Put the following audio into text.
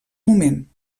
moment